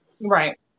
Right